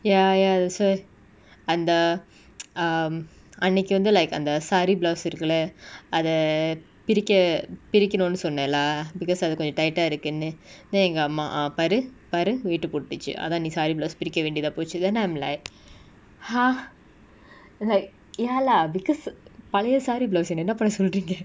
ya ya that's why அந்த:antha um அன்னைக்கு வந்து:annaiku vanthu like அந்த சாரி:antha saaree blouse இருக்குல அத பிரிக்க பிரிகனுனு சொன்ன:irukula atha pirika pirikanunu sonna lah because அது கொஞ்சோ:athu konjo tied ah இருக்குனு:irukunu then எங்க அம்மா:enga amma ah பாரு பாரு வீட்டு கொட்டுச்சு அதா நீ சாரி:paaru paaru veetu kottuchu atha nee saaree blouse பிரிக்க வேண்டியதா போச்சு:pirikka vendiyatha pochu then I'm like !huh! like ya lah because Balaya சாரி:palaya saaree blouse என்ன என்ன பன்ன சொல்ரிங்க:enna enna panna solringa